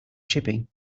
shipping